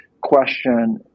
question